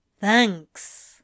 Thanks